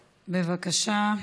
בבקשה.